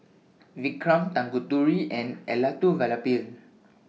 Vikram Tanguturi and Elattuvalapil